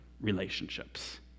relationships